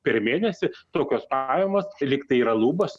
per mėnesį tokios pajamos lygtai yra lubos